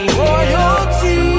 royalty